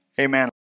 amen